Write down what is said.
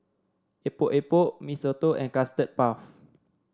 Epok Epok Mee Soto and Custard Puff